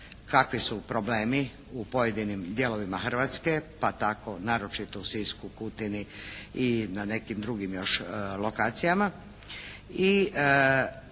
kakvi su problemi u pojedinim dijelovima Hrvatske pa tako naročito u Sisku, Kutini i na nekim drugim još lokacijama